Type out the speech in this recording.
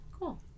Cool